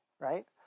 right